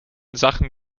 sachen